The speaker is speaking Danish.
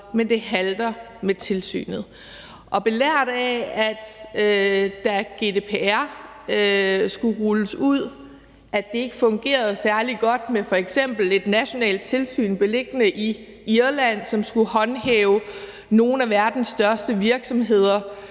Men det halter med tilsynet. Belært af at GDPR, da det skulle rulles ud, ikke fungerede særlig godt med f.eks. et nationalt tilsyn beliggende i Irland, som skulle føre tilsyn med nogle af verdens største virksomheder